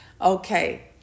Okay